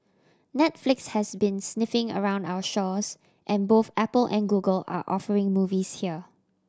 Netflix has been sniffing around our shores and both Apple and Google are offering movies here